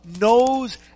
knows